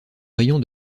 rayon